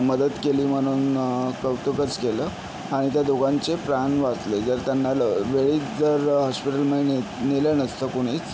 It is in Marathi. मदत केली म्हणून कौतुकच केलं आणि त्या दोघांचे प्राण वाचले जर त्यांना ल वेळीच जर हॉस्पिटलमधे ने नेलं नसतं कुणीच